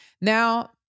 Now